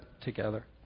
together